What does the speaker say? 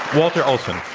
walter olson.